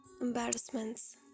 embarrassments